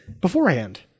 beforehand